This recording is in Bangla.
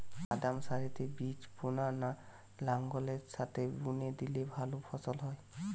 বাদাম সারিতে বীজ বোনা না লাঙ্গলের সাথে বুনে দিলে ভালো ফলন হয়?